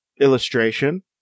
illustration